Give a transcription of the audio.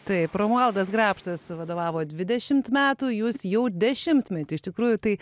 taip romualdas grabštas vadovavo dvidešimt metų jūs jau dešimtmetį iš tikrųjų tai